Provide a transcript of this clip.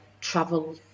travel